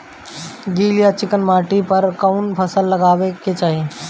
गील या चिकन माटी पर कउन फसल लगावे के चाही?